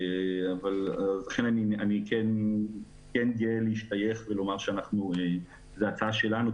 לכן אני כן גאה להשתייך ולומר שזאת הצעה שלנו,